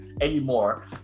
anymore